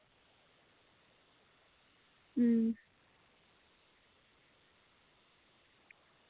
अं